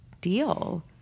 deal